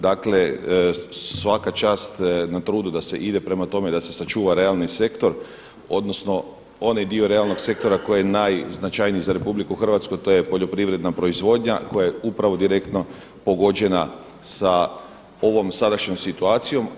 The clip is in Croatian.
Dakle svaka čast na trudu da se ide prema tome da se sačuva realni sektor odnosno onaj dio realnog sektora koji je najznačajnija za RH, a to je poljoprivredna proizvodnja koja je upravo direktno pogođena sa ovom sadašnjom situacijom.